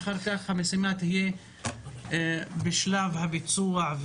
ולאחר מכן המשימה תהיה בשלב הביצוע,